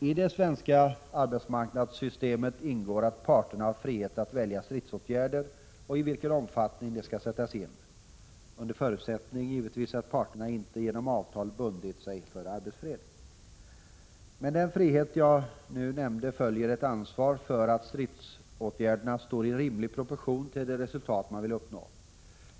I det svenska arbetsmarknadssystemet ingår att parterna har frihet att välja stridsåtgärder och den omfattning i vilken de skall sättas in — givetvis under förutsättning att parterna inte genom avtal bundit sig för arbetsfred. Med den frihet jag nu nämnde följer ett ansvar för att stridsåtgärderna står i rimlig proportion till de resultat man vill uppnå.